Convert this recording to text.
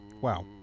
wow